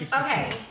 Okay